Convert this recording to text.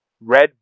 Red